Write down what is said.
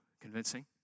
convincing